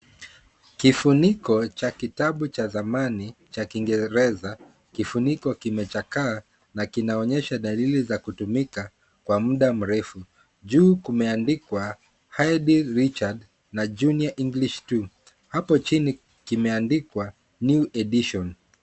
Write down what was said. Kifuniko cha kitabu cha zamani cha Kiingereza, kifuniko kimechakaa na kinaonyesha dalili za kutumika kwa muda mrefu. Juu kumeandikwa Haydn Richards na Junior English 2 . Hapo chini kimeandikwa New Edition .